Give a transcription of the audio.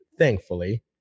Thankfully